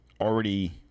already